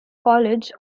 college